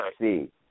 see